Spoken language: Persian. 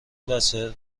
وسایل